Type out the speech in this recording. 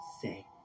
say